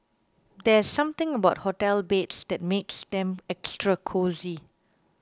there's something about hotel beds that makes them extra cosy